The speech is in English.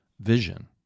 vision